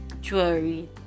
jewelry